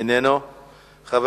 אינו נוכח,